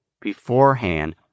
beforehand